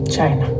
China